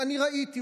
אני ראיתי,